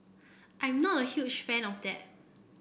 I'm not a huge fan of that